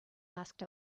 asked